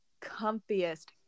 comfiest